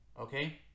okay